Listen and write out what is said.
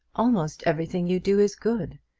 almost everything you do is good.